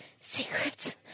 Secrets